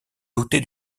dotés